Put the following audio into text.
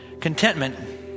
Contentment